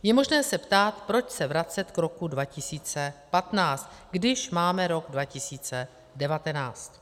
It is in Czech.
Je možné se ptát, proč se vracet k roku 2015, když máme rok 2019.